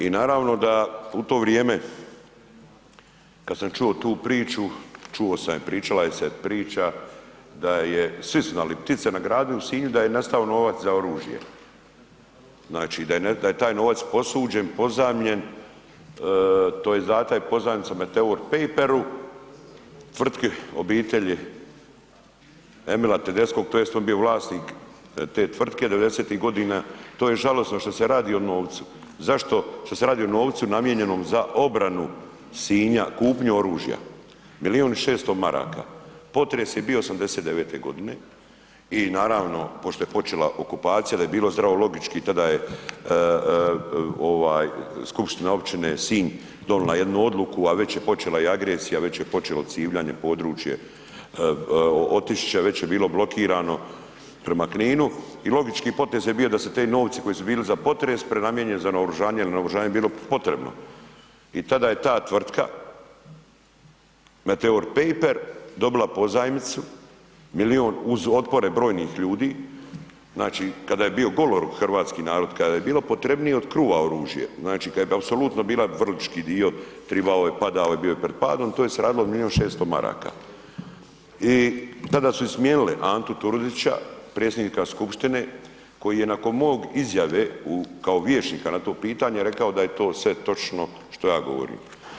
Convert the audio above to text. I naravno da u to vrijeme kad sam čuo tu priču, čuo sam je, pričala je se priča da je, svi su znali i ptice na gradu i u Sinju da je nestao novac za oružje, znači da je taj novac posuđen, pozajmljen tj. data je pozajmica Meteor Paperu tvrtki obitelji Emila Tedeskog tj. on je bio vlasnik te tvrtke '90.-tih godina, to je žalosno što se radi o novcu, zašto, što se radi o novcu namijenjenom za obranu Sinja, kupnju oružja, milijun i 600 maraka, potres je bio '89.g. i naravno pošto je počela okupacija da je bilo zdravo logički, tada je ovaj skupština općine Sinj donila jednu odluku, a već je počela i agresija, već je počelo Civljane područje, Otišić već je bilo blokirano prema Kninu i logički potez je bio da se ti novci koji su bili za potres prenamijene za naoružanje jer je naoružanje bilo potrebno i tada je ta tvrtka Meteor Paper dobila pozajmicu milijun uz otpore brojnih ljudi, znači kada je bio goloruk hrvatski narod, kada je bilo potrebnije od kruva oružje, znači kad je apsolutno bila Vrlički dio, tribao je, padao je, bio je prid padom, tu je se radilo o milijun i 600 maraka i tada su i smjenile Antu Turudića, predsjednika skupštine koji je nakon mog izjave u, kao vijećnika na to pitanje rekao da je to sve točno šta ja govorim.